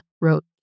wrote